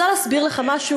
אני רוצה להסביר לך משהו.